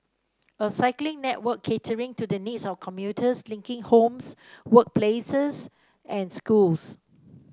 a cycling network catering to the needs of commuters linking homes workplaces and schools